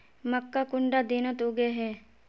मक्का कुंडा दिनोत उगैहे?